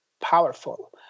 Powerful